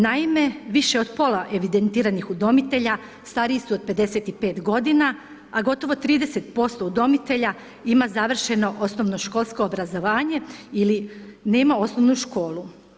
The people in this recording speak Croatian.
Naime više od pola evidentiranih udomitelja stariji su od 55 godina, a gotovo 30% udomitelja ima završeno osnovnoškolsko obrazovanje ili nema osnovnu školu.